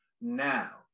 now